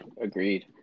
Agreed